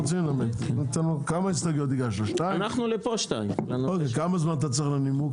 כמה זמן אתה צריך לנימוק?